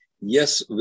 Yes